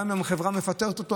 אז גם אם החברה מפטרת אותו,